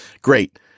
Great